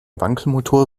wankelmotor